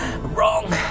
Wrong